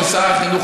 ששר החינוך,